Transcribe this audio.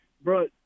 bro